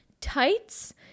tights